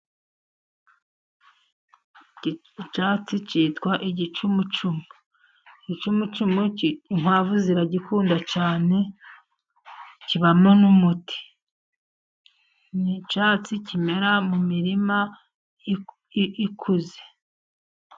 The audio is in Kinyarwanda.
Icyatsi cyitwa igicumucumu, igicumucumu inkwavu ziragikunda cyane kibamo n'umuti, n'icyatsi kimera mu mirima ikuze.